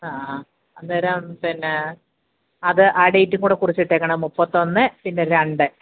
അന്നേരം പിന്നെ അത് ആ ഡേറ്റും കൂടി കുറിച്ചിട്ടേക്കണം മുപ്പത്തൊന്ന് പിന്നെ രണ്ട്